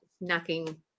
knocking